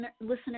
listeners